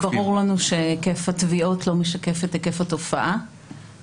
ברור לנו שהיקף התביעות לא משקף היקף התופעה.